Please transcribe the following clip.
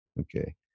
okay